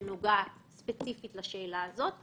שנוגעת ספציפית לשאלה הזאת.